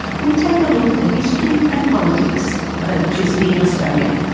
we take a look at the history and politics of electricity in australia.